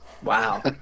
Wow